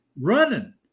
running